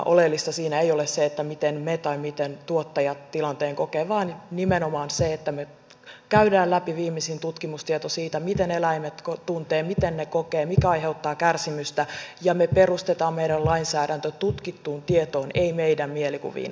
oleellista siinä ei ole se miten me tai miten tuottajat tilanteen kokevat vaan nimenomaan se että me käymme läpi viimeisimmän tutkimustiedon siitä miten eläimet tuntevat miten ne kokevat mikä aiheuttaa kärsimystä ja me perustamme meidän lainsäädäntömme tutkittuun tietoon ei meidän mielikuviimme asioista